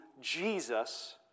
Jesus